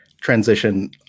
transition